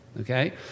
Okay